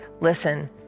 Listen